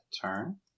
turn